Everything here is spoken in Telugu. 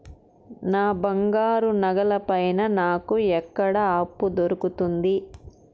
నా బంగారు నగల పైన నాకు ఎక్కడ అప్పు దొరుకుతుంది